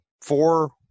four